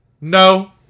No